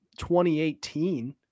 2018